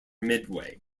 midway